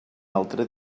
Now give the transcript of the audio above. altre